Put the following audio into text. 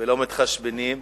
ולא מתחשבנים,